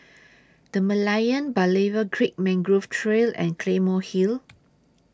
The Merlion Berlayer Creek Mangrove Trail and Claymore Hill